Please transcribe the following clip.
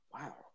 Wow